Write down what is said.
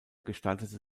gestaltete